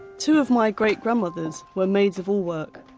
two of my great-grandmothers were maids-of-all-work,